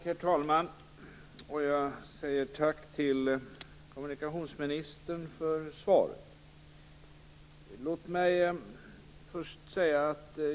Herr talman! Jag säger tack till kommunikationsministern för svaret.